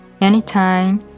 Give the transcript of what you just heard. Anytime